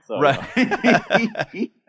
Right